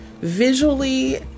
visually